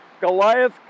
Goliath